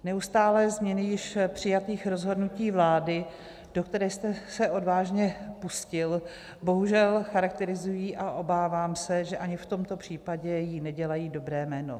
Neustálé změny již přijatých rozhodnutí vládu, do které jste se odvážně pustil, bohužel charakterizují a obávám se, že ani v tomto případě jí nedělají dobré jméno.